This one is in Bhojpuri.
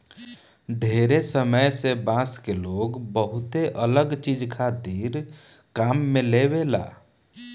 ढेरे समय से बांस के लोग बहुते अलग चीज खातिर काम में लेआवेला